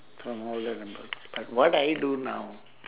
from all I recollect but what do I do now